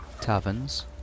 taverns